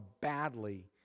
badly